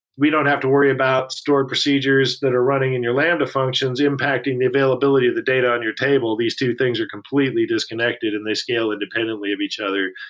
we don't have to worry about stored procedures that are running in your lambda functions impacting the availability of the data on and your table. these two things are completely disconnected and they scale independently of each other,